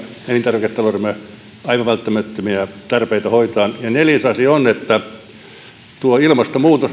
elintarviketaloutemme omia aivan välttämättömiä tarpeita hoitamaan ja neljäs asia on että tuo ilmastonmuutos